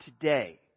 today